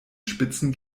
spitzen